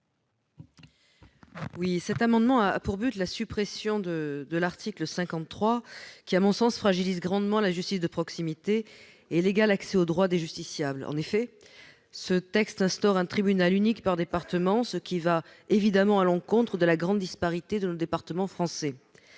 44. Cet amendement vise la suppression de l'article 53, qui, à mon sens, fragilise grandement la justice de proximité et l'égal accès au droit des justiciables. Ce texte instaure en effet un tribunal unique par département, ce qui va évidemment à l'encontre de la grande disparité de nos départements français.